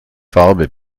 farbe